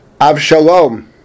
Avshalom